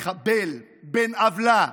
מחבל בן עוולה,